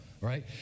right